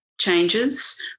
changes